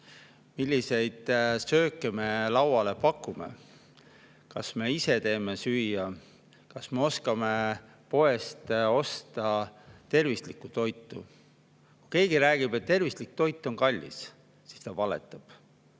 milliseid sööke me lauale pakume, kas me ise teeme süüa, kas me oskame poest osta tervislikku toitu. Kui keegi räägib, et tervislik toit on kallis, siis ta valetab.